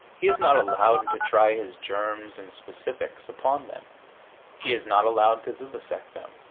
he is not allowed to try his germs and specifics upon them he is not allowed to vivisect them.